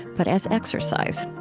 but as exercise.